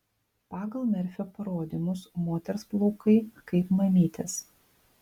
pagal merfio parodymus moters plaukai kaip mamytės